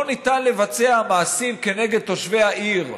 לא ניתן לבצע מעשים כנגד תושבי העיר,